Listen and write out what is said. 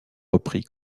repris